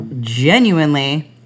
genuinely